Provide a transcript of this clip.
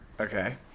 okay